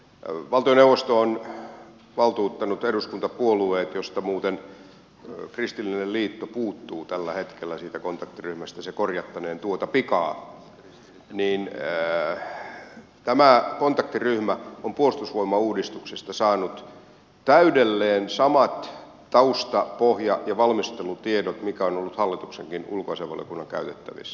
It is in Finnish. valtioneuvosto on valtuuttanut eduskuntapuolueet joista muuten kristillinen liitto puuttuu tällä hetkellä siitä kontaktiryhmästä se korjattaneen tuota pikaa ja tämä kontaktiryhmä on puolustusvoimauudistuksesta saanut täydelleen samat tausta pohja ja valmistelutiedot mitkä ovat olleet hallituksenkin ulko ja turvallisuuspoliittisen ministerivaliokunnan käytettävissä